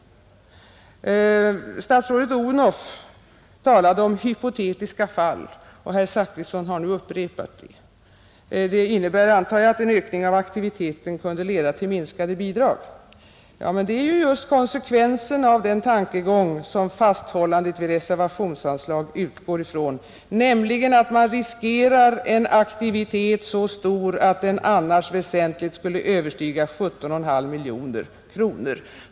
Statsrådet Odhnoff talade om hypotetiska fall, och herr Zachrisson har nu upprepat det talet. Detta innebär, antar jag, att en ökning av aktiviteten kunde leda till minskade bidrag. Ja, men det är ju just konsekvensen av den tankegång som fasthållandet vid reservationsanslag utgår ifrån, nämligen att man ”riskerar” en aktivitet så stor, att den annars väsentligt skulle överstiga 17,5 miljoner kronor.